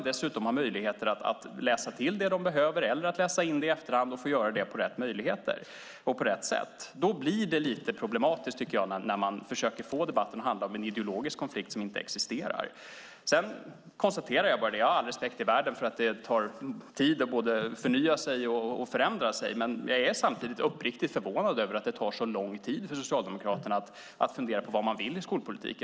Dessutom får de möjlighet att läsa till vad de behöver eller att läsa in i efterhand på ett riktigt sätt. Det blir lite problematiskt när man försöker få debatten att handla om en ideologisk konflikt som inte existerar. Jag har all respekt i världen för att det tar tid att både förnya sig och förändra sig, men jag är samtidigt uppriktigt förvånad över att det tar så lång tid för Socialdemokraterna att fundera över vad de vill i skolpolitiken.